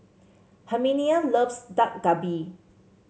Herminia loves Dak Galbi